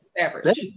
average